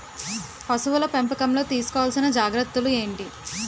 పశువుల పెంపకంలో తీసుకోవల్సిన జాగ్రత్త లు ఏంటి?